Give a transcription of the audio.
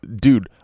dude